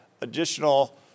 additional